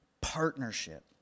Partnership